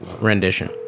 rendition